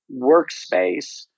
workspace